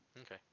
Okay